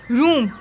room